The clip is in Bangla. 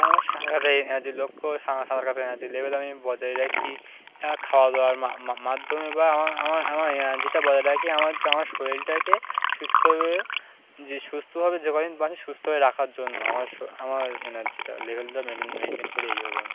আমার সাঁতার কাটাই এনার্জির লক্ষ্য সাঁতার কাটার এনার্জি লেভেল আমি বজায় রাখি খাওয়া দাওয়ার মাধ্যমে বা আমার আমার এনার্জিটা বজায় রাখি আমার হচ্ছে আমার শরীরটাকে সুস্থভাবে যে সুস্থভাবে যে কদিন বাঁচি সুস্থভাবে রাখার জন্য আমার আমার এনার্জিটা লেভেলটা মেনটেন করি এইভাবে আমি